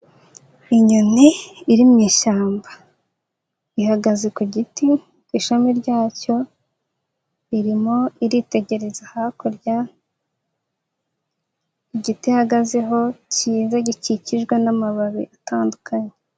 Inyoni iri mu ishyamba, ihagaze ku giti ku ishami ryacyo, iririmo kwiritegereza hakurya igiti ihagazeho cyiza gikikijwe n'amababi atandukanye.